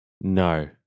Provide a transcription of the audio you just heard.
No